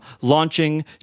launching